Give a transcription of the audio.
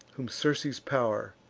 whom circe's pow'r,